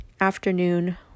afternoon